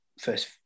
first